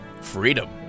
freedom